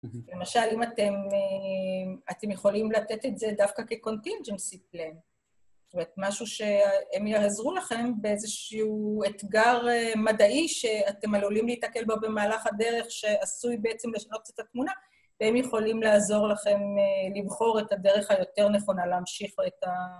למשל, אם אתם יכולים לתת את זה דווקא כ-Contingency Plan, זאת אומרת, משהו שהם יעזרו לכם באיזשהו אתגר מדעי שאתם עלולים להיתקל בו במהלך הדרך, שעשוי בעצם לשנות קצת את התמונה, והם יכולים לעזור לכם לבחור את הדרך היותר נכונה להמשיך את ה...